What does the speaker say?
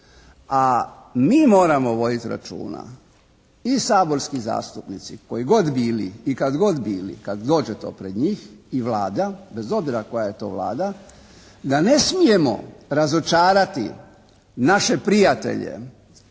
A mi moramo voditi računa i saborski zastupnici koji god bili i kad god bili, kad dođe to pred njih, i Vlada bez obzira koja je to Vlada, da ne smijemo razočarati naše prijatelje